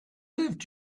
lived